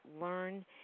learn